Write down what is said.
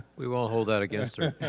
we will hold that against her.